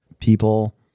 people